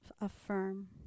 affirm